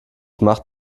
macht